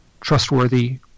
trustworthy